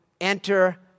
enter